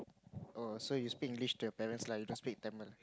oh so you speak English to your parents lah you don't speak in Tamil